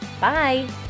Bye